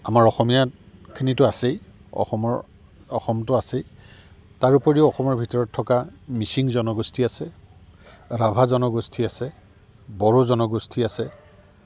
আমাৰ অসমীয়খিনিতো আছেই অসমৰ অসমতটো আছেই তাৰপৰিও অসমৰ ভিতৰত থকা মিচিং জনগোষ্ঠী আছে ৰাভা জনগোষ্ঠী আছে বড়ো জনগোষ্ঠী আছে